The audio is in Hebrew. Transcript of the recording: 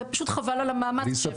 ופשוט חבל על המאמץ.